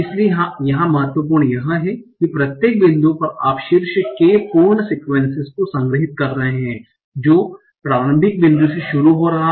इसलिए यहां महत्वपूर्ण यह है कि प्रत्येक बिंदु पर आप शीर्ष k पूर्ण सीक्वेंसेस को संग्रहीत कर रहे हैं जो प्रारंभिक बिंदु से शुरू हो रहा है